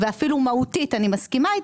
ואפילו מהותית אני מסכימה איתך,